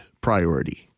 priority